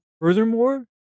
furthermore